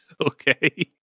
Okay